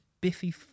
biffy